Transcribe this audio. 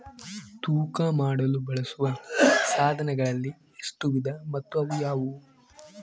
ತೂಕ ಮಾಡಲು ಬಳಸುವ ಸಾಧನಗಳಲ್ಲಿ ಎಷ್ಟು ವಿಧ ಮತ್ತು ಯಾವುವು?